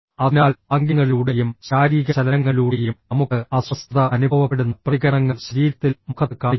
അതിനാൽ ആംഗ്യങ്ങളിലൂടെയും ശാരീരിക ചലനങ്ങളിലൂടെയും നമുക്ക് അസ്വസ്ഥത അനുഭവപ്പെടുന്ന പ്രതികരണങ്ങൾ ശരീരത്തിൽ മുഖത്ത് കാണിക്കും